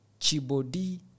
Chibodi